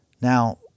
Now